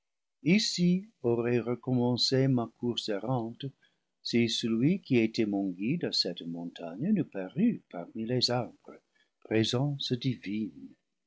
ici aurait recommencé ma course errante si celui qui était mon guide à cette montagne n'eût apparu parmi les ar bres présence divine